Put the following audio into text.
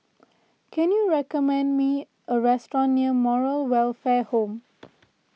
can you recommend me a restaurant near Moral Welfare Home